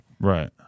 Right